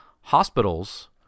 hospitals